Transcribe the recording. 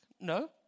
No